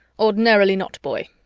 ordinarily not, boy.